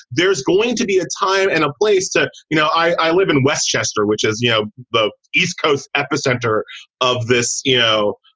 there's going to be a time and a place you know, i live in westchester, which, as you know, the east coast epicenter of this, you know,